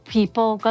People